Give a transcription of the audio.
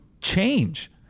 change